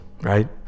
right